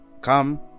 come